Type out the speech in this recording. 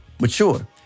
mature